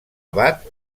abat